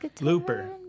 Looper